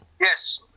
Yes